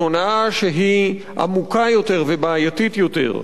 היא הונאה שהיא עמוקה יותר ובעייתית יותר,